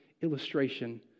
illustration